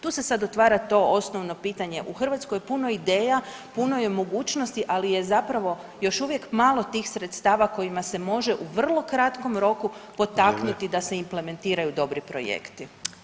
Tu se sad otvara to osnovno pitanje u Hrvatskoj je puno ideja, puno je mogućnosti, ali je zapravo još uvijek malo tih sredstava kojima se može u vrlo kratkom roku potaknuti da se implementiraju dobri projekti.